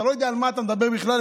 אתה לא יודע על מה אתה מדבר בכלל,